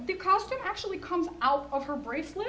the cost to actually come out of her bracelet